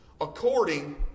according